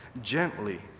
gently